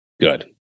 good